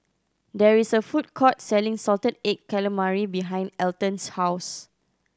there is a food court selling salted egg calamari behind Alton's house